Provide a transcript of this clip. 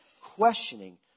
questioning